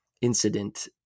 incident